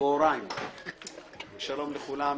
שלום לכולם.